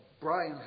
Brian